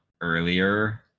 earlier